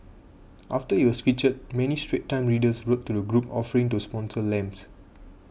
after it was featured many Straits Times readers wrote to the group offering to sponsor lamps